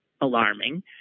alarming